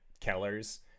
Keller's